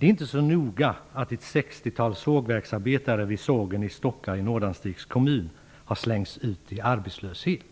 Man menar därifrån att det inte är särskilt betänkligt att ett sextiotal sågverksarbetare vid sågen i Stocka i Nordanstigs kommun har slängts ut i arbetslöshet.